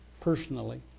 personally